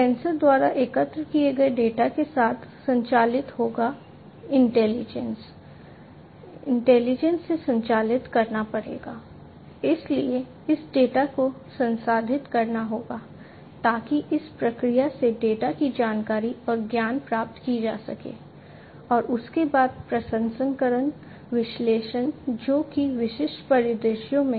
sensor द्वारा एकत्र किए गए डेटा के साथ संचालित होगा इंटेलिजेंस भी हो सकती है